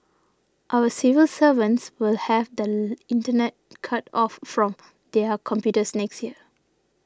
our civil servants will have the internet cut off from their computers next year